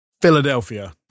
Philadelphia